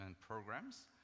programs